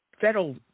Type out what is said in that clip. federal